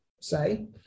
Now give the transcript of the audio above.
say